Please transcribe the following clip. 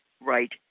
right